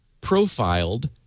profiled